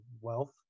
Wealth